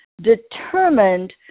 determined